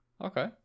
okay